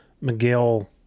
Miguel